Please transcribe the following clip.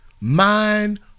mind